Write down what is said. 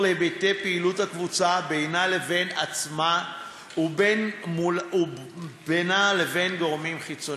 היבטי פעילות הקבוצה בינה לבין עצמה ובינה לבין גורמים חיצוניים.